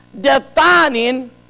defining